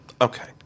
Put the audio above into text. Okay